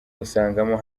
usangamo